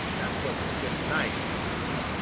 that wasn't a bit nice of peter.